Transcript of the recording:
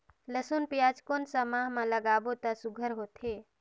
लसुन पियाज कोन सा माह म लागाबो त सुघ्घर होथे?